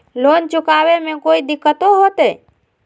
Loan चुकाने में कोई दिक्कतों होते?